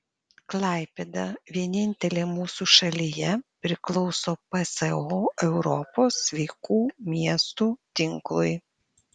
klaipėda vienintelė mūsų šalyje priklauso pso europos sveikų miestų tinklui